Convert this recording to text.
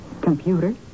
Computer